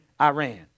Iran